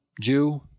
Jew